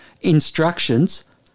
instructions